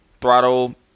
throttle